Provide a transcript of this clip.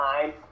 time